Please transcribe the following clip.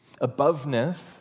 Aboveness